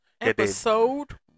episode